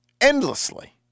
endlessly